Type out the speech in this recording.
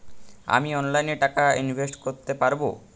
আমি অনলাইনে টাকা ইনভেস্ট করতে পারবো?